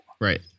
Right